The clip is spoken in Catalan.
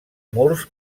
murs